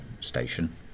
station